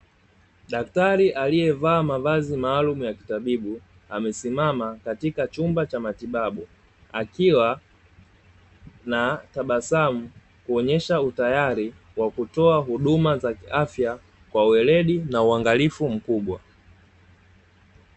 Daktari aliyevaa mavazi maalumu ya kitabibu amesimama katika chumba cha matibabu akiwa na tabasamu kuonyesha utayari wa kutoa huduma za kiafya kwa weledi na uangalifu mkubwa.